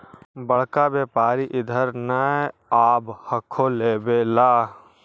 बड़का व्यापारि इधर नय आब हको लेबे ला?